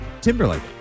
Timberlake